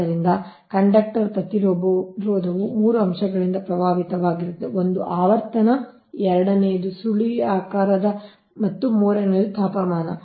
ಆದ್ದರಿಂದ ಕಂಡಕ್ಟರ್ ಪ್ರತಿರೋಧವು ಮೂರು ಅಂಶಗಳಿಂದ ಪ್ರಭಾವಿತವಾಗಿರುತ್ತದೆ ಒಂದು ಆವರ್ತನ ಎರಡನೆಯದು ಸುರುಳಿಯಾಕಾರದ ಮತ್ತು ಮೂರನೆಯದು ತಾಪಮಾನ